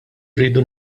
rridu